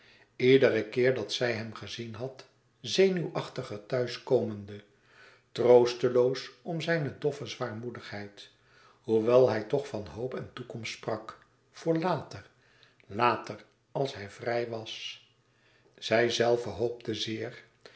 iederen keer dat zij hem gezien had zenuwachtiger thuis komende troosteloos om zijne doffe zwaarmoedigheid hoewel hij toch van hoop en toekomst sprak voor later later als hij vrij was zijzelve hoopte zeer